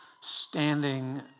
standing